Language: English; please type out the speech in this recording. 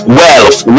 wealth